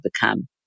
become